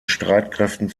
streitkräften